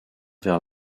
vers